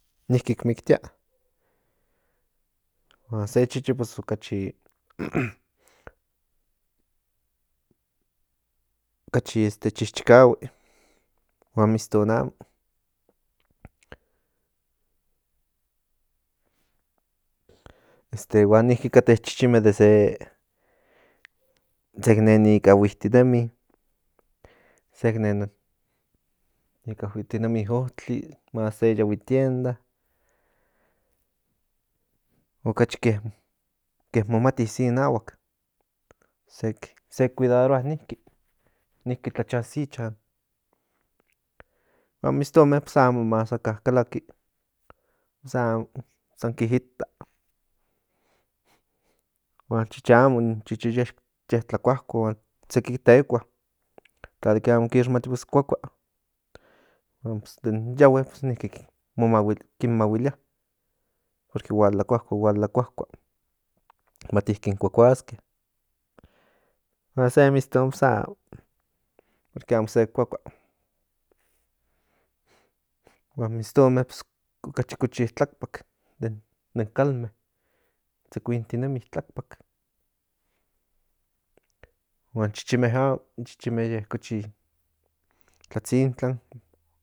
Niki kimiktia huan se chichi okachi okachi chichikahui huan miston amo este huan niki kate chichinme de sek nen kikahuitinemi sek nen ikahiitinemi otli más se yahui tienda okachi ke momati se inahuak sek se kuidaroa niki niki tlacha se ichan huan mistonme amo más aka kalaki amo san ki ita huan chichi amo in chichi ye tlakuakua huan seki tekua tla de ke amo kixmati pues kuakua huan pues de yehue niki kin mahuilia porque hual tlakuakua hual tlakuakua mati kin kuakuaske huan se miston amo porque amo sek kuakua huan mistonme pues okachi kochi tlakpak den kalme tzekuintinemi tlakpak huan chichinme amo in chichinme cochi tlatzintlan